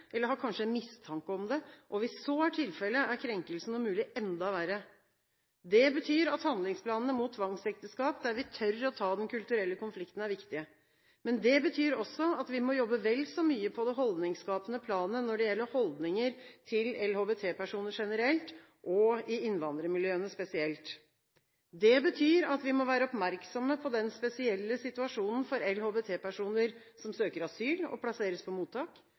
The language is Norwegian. eller kanskje har de mistanke om det. Hvis så er tilfellet, er krenkelsen om mulig enda verre. Det betyr at handlingsplanene mot tvangsekteskap der vi tør å ta den kulturelle konflikten, er viktige. Men det betyr også at vi må jobbe vel så mye på det holdningsskapende planet når det gjelder holdninger til LHBT-personer generelt, og i innvandrermiljøene spesielt. Det betyr at vi må være oppmerksomme på den spesielle situasjonen for LHBT-personer som søker asyl og plasseres på mottak.